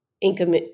income